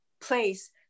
place